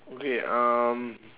okay um